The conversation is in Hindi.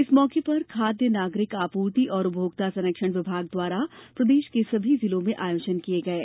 इस मौके पर खाद्य नागरिक आपूर्ति और उपभोक्ता संरक्षण विभाग द्वारा प्रदेष के सभी जिलों में आयोजन किये गई हैं